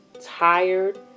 tired